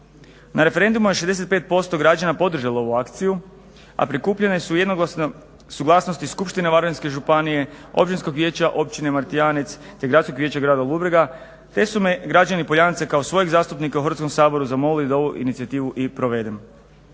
Na referendumu je 65% građana podržalo ovu akciju, a prikupljane su jednoglasno suglasnosti skupštine Varaždinske županije, Općinskog vijeća Općine Martijanec te Gradskog vijeća grada Ludbrega te su me građani Poljanica kao svojeg zastupnika u Hrvatskom saboru zamolili da ovu inicijativu i provedem.